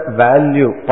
value